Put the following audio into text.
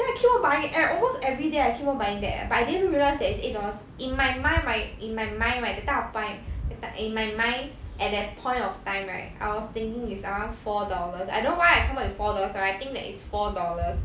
then I keep on buying it I almost everyday I keep on buying that leh but I didn't realise that it's eight dollars in my mind my in my mind right that point of time in my mind at that point of time right I was thinking it's around four dollars I don't know why I come up with four dollars right I think that it is four dollars